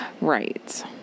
Right